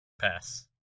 Pass